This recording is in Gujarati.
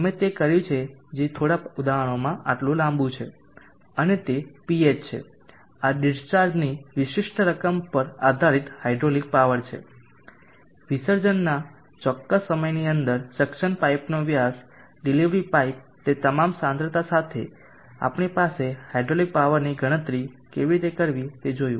અમે તે કર્યું છે જે થોડાં ઉદાહરણોમાં આટલું લાંબું છે અને તે Ph છે આ ડીસ્ચાર્જની વિશિષ્ટ રકમ પર આધારિત હાઇડ્રોલિક પાવર છે વિસર્જનના ચોક્કસ સમયની અંદર સક્શન પાઇપનો વ્યાસ ડિલિવરી પાઇપ તે તમામ સાંદ્રતા સાથે આપણી પાસે હાઇડ્રોલિક પાવરની ગણતરી કેવી રીતે કરવી તે જોયું